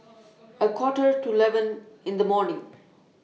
A Quarter to eleven in The morning